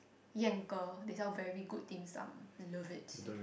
Yan-Ge they sell very good dimsum love it